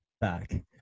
back